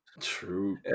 True